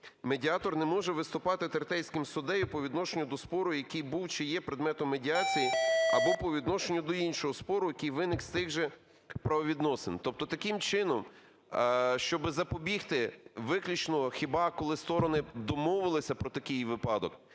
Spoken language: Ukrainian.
медіатор не може виступати третейським суддею по відношенню до спору, який був чи є предметом медіації, або по відношенню до іншого спору, який виник з тих же правовідносин". Тобто таким чином, щоби запобігти, виключно хіба коли сторони домовилися про такий випадок.